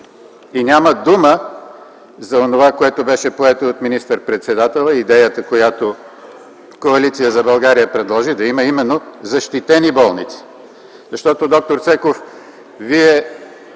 и няма дума за онова, което беше поето от министър-председателя – идеята, която Коалиция за България предложи, да има именно защитени болници. Д-р Цеков, Вие